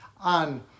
on